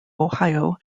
ohio